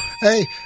Hey